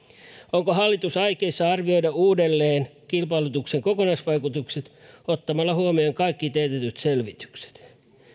onko hallitus aikeissa arvioida uudelleen kilpailutuksen kokonaisvaikutukset ottamalla huomioon kaikki teetetyt selvitykset